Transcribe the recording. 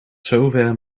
zover